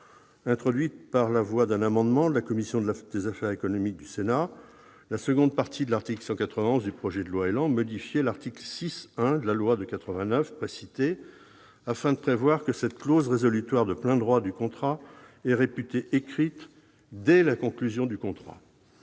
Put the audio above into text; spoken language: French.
Introduit par la voie d'un amendement de la commission des affaires économiques du Sénat, la deuxième partie de l'article 121 du projet de loi ÉLAN modifiait l'article 6-1 de la loi de 1989 précitée, afin de prévoir que cette clause résolutoire de plein droit du contrat est réputée écrite dès la conclusion du contrat.